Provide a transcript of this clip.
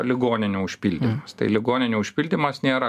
ligoninių užpildymu ligoninių užpildymas nėra